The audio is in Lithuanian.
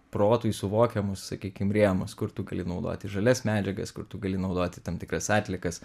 protui suvokiamus sakykim rėmus kur tu gali naudoti žalias medžiagas kur tu gali naudoti tam tikras atliekas